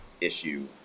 issue